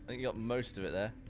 and you got most of it there